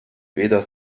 weder